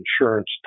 insurance